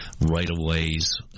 right-of-ways